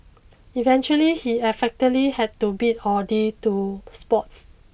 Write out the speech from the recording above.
eventually he effectively had to bid adieu to sports